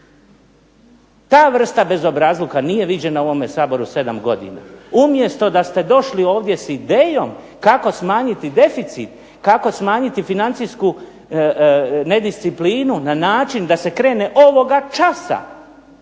Ta vrsta bezobrazluka nije viđena u ovome Saboru sedam godina. Umjesto da ste došli ovdje s idejom kako smanjiti deficit, kako smanjiti financijsku nedisciplinu na način da se krene ovoga časa